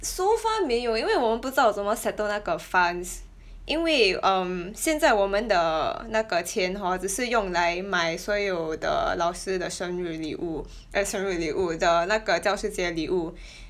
so far 没有因为我们不知道怎样 settle 那个 funds 因为 um 现在我们的那个钱 hor 只是用来买所有的老师的生日礼物 eh 生日礼物 the 那个教师节礼物